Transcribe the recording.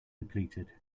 depleted